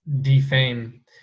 Defame